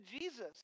Jesus